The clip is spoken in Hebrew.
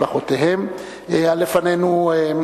כ"ט באב